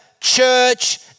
church